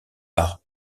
par